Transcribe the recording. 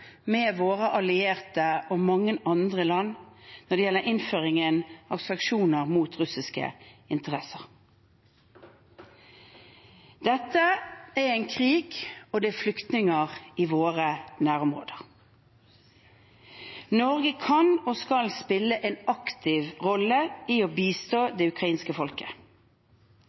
med våre allierte og mange andre land når det gjelder innføringen av sanksjoner mot russiske interesser. Dette er en krig, og det er flyktninger i våre nærområder. Norge kan og skal spille en aktiv rolle i å bistå det ukrainske folket,